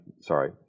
sorry